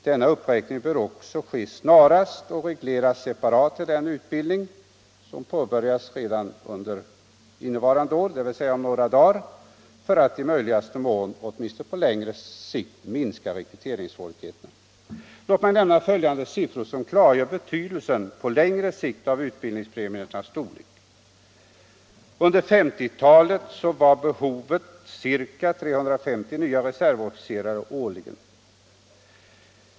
Denna uppräkning bör också ske snarast och regleras separat till innevarande års utbildning, som påbörjas om några dagar, för att i möjligaste mån för framtiden minska rekryteringssvårigheterna. Låt mig nämna följande siffror som klargör betydelsen på längre sikt av utbildningspremiernas storlek. Under 1950-talet var behovet ca 350 nya reservofficerare årligen.